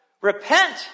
Repent